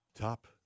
top